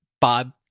Bob